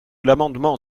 l’amendement